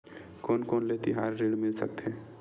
कोन कोन ले तिहार ऋण मिल सकथे?